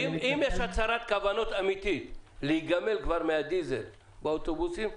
אם יש הצהרת כוונות אמתית להיגמל כבר מהדיזל באוטובוסים,